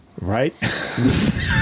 Right